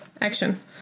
action